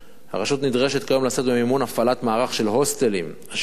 הרשות נדרשת כיום לשאת במימון הפעלת מערך של הוסטלים שחלקם